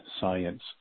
science